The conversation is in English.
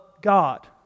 God